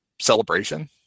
celebration